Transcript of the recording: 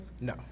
No